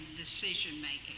decision-making